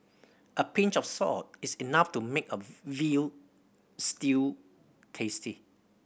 a pinch of salt is enough to make a veal stew tasty